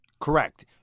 Correct